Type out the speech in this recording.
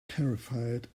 terrified